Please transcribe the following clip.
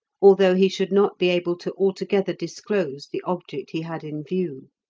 although he should not be able to altogether disclose the object he had in view.